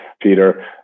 Peter